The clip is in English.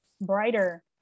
brighter